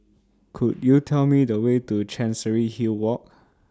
Could YOU Tell Me The Way to Chancery Hill Walk